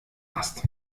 ast